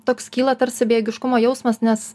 toks kyla tarsi bejėgiškumo jausmas nes